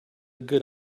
good